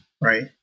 right